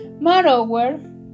Moreover